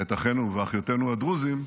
את אחינו ואחיותינו הדרוזים,